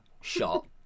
shot